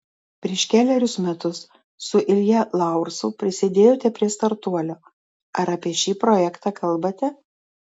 prieš kelerius metus su ilja laursu prisidėjote prie startuolio ar apie šį projektą kalbate